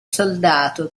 soldato